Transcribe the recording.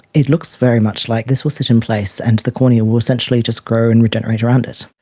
it looks very much like this will sit in place and the cornea will essentially just grow and regenerate around it.